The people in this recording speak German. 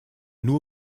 nur